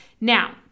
Now